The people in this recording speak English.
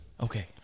Okay